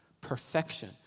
Perfection